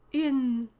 in.